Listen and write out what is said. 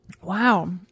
Wow